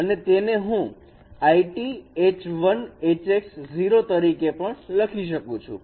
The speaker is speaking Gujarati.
અને તેને હું IT H 1 Hx 0 તરીકે લખી શકું છું